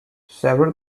several